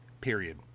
period